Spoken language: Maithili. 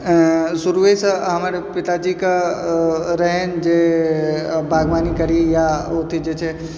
एँ शुरुहेसँ हमर पिताजीके रहनि जे बागवानी करी या ओत्ते जे छै से